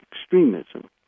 extremism